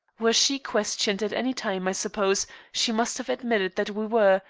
were she questioned at any time, i suppose, she must have admitted that we were,